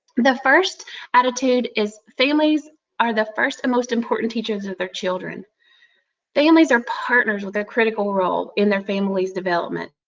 the first attitude is families are the first and most important teachers of their children families are partners with their critical role in their family's development.